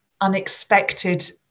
unexpected